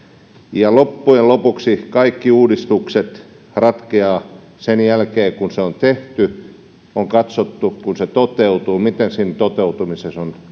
sanoneet loppujen lopuksi kaikki uudistukset ratkeavat sen jälkeen kun uudistus on tehty on katsottu kun se toteutuu ja miten siinä toteutumisessa on